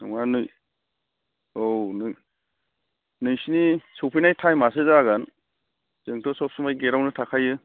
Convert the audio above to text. नङानो औ नों नोंसिनि सौफैनाय थाइमासो जागोन जोंथ' सब समाय गेटावनो थाखायो